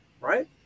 right